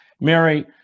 Mary